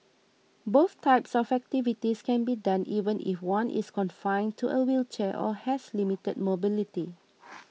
both types of activities can be done even if one is confined to a wheelchair or has limited mobility